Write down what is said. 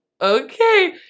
okay